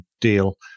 deal